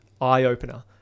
eye-opener